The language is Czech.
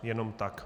Jenom tak.